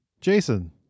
Jason